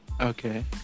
okay